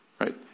right